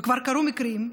וכבר קרו מקרים,